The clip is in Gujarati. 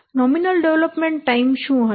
નોમિનલ ડેવલપમેન્ટ ટાઈમ શું હશે